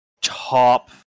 top